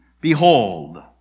Behold